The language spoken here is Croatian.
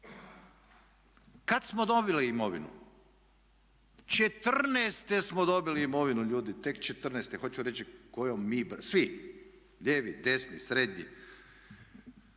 Kad smo dobili imovinu? Četrnaeste smo dobili imovinu ljudi, tek četrnaeste. Hoću reći kojom mi brzinom, svi lijevi, desni, srednji.